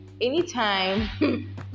anytime